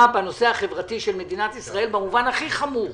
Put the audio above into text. בנושא החברתי של מדינת ישראל במובן הכי חמור.